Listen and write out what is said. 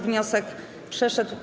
Wniosek przeszedł.